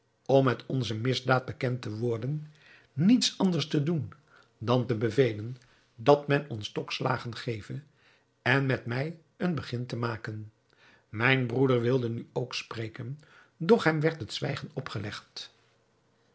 om met onze misdaad bekend te worden niets anders te doen dan te bevelen dat men ons stokslagen geve en met mij een begin te maken mijn broeder wilde nu ook spreken doch hem werd het zwijgen opgelegd